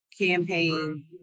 campaign